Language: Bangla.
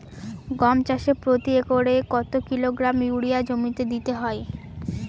গম চাষে প্রতি একরে কত কিলোগ্রাম ইউরিয়া জমিতে দিতে হয়?